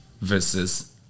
Versus